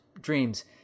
dreams